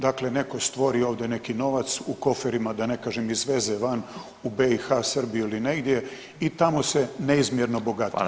Dakle, netko stvori ovdje neki novac, u koferima da ne kažem izveze van u BiH, Srbiju ili negdje i tamo se neizmjerno [[Upadica: Hvala lijepa.]] bogati.